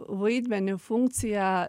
vaidmenį funkciją